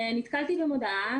נתקלתי במודעה,